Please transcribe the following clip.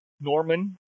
Norman